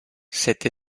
cette